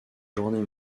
journée